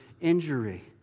injury